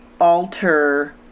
alter